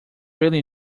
really